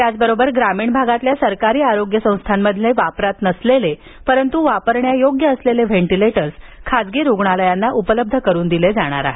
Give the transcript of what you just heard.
त्याच बरोबर ग्रामीण भागातील सरकारी आरोग्य संस्थांमधील वापरात नसलेले परंतु वापरण्यायोग्य व्हेंटिलेटर्स खासगी रुग्णालयांना उपलब्ध करून दिले जाणार आहेत